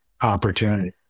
opportunity